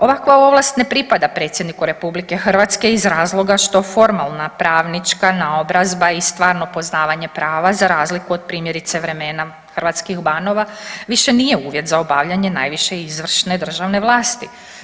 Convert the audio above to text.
Ovakva ovlast ne pripada predsjedniku Republike Hrvatske iz razloga što formalna pravnička naobrazba i stvarno poznavanje prava za razliku od primjerice vremena hrvatskih banova više nije uvjet za obavljanje najviše izvršne državne vlasti.